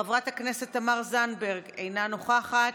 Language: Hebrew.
חברת הכנסת תמר זנדברג, אינה נוכחת,